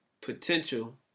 potential